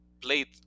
played